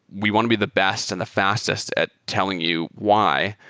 we want to be the best and the fastest at telling you why.